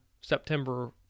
September